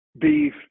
beef